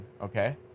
okay